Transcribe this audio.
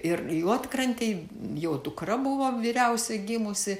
ir juodkrantėj jau dukra buvo vyriausia gimusi